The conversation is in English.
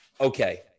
okay